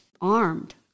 armed